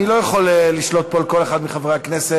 אני לא יכול לשלוט פה על כל אחד מחברי הכנסת.